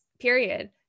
period